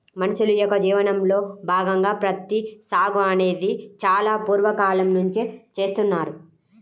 మనుషుల యొక్క జీవనంలో భాగంగా ప్రత్తి సాగు అనేది చాలా పూర్వ కాలం నుంచే చేస్తున్నారు